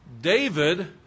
David